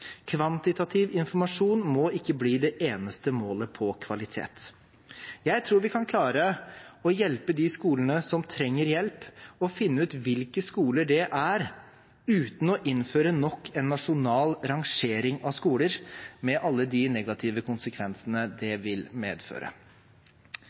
Kvantitativ informasjon må ikke bli det eneste målet på kvalitet. Jeg tror vi kan klare å hjelpe de skolene som trenger hjelp, og å finne ut hvilke skoler det er, uten å innføre nok en nasjonal rangering av skoler med alle de negative konsekvensene det